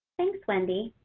thanks, wendy.